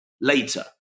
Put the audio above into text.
later